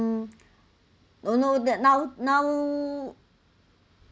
mm don't know that now now